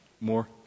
More